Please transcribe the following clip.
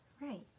right